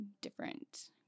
different